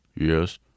Yes